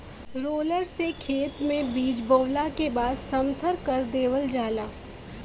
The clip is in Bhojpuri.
रोलर से खेत में बीज बोवला के बाद समथर कर देवल जाला